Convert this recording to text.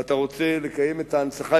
ואתה רוצה לקיים את ההנצחה,